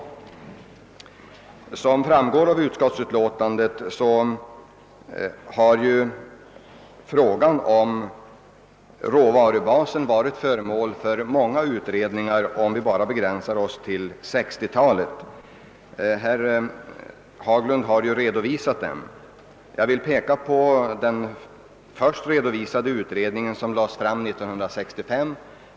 Som framgår av utskottets utlåtande har frågan om råvarubasen varit föremål för många utredningar, om vi bara begränsar oss till 1960-talet; herr Haglund har nyss redovisat dem. Jag vill peka på den först redovisade utredningen som lades fram 1963.